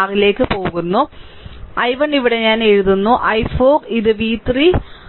r ലേക്ക് പോകുന്നു i i ഇവിടെ ഞാൻ എഴുതുന്നു i4 ഇത് v3 0